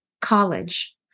college